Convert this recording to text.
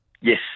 Yes